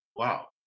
Wow